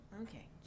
Okay